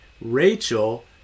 Rachel